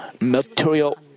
material